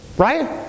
Right